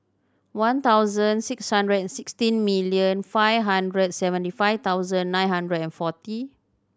one thousand six hundred and sixteen million five hundred and seventy five thousand nine hundred and forty